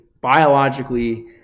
biologically